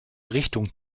richtung